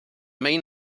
main